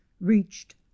reached